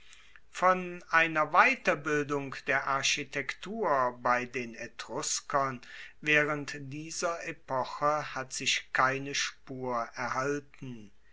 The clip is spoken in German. von einer weiterbildung der architektur bei den etruskern waehrend dieser epoche hat sich keine spur erhalten